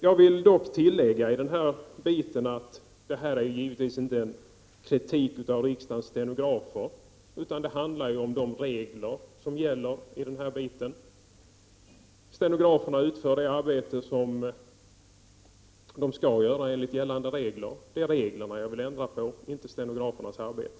Jag vill dock tillägga i den här biten att det här är givetvis inte en kritik av riksdagens stenografer utan det handlar ju om de regler som gäller i den här biten. Stenograferna utför det arbete som de skall göra enligt gällande regler. Det är reglerna jag vill ändra på, inte stenografernas arbete.